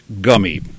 gummy